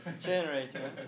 Generator